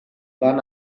van